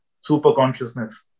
super-consciousness